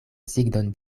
signon